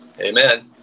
Amen